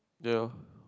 ya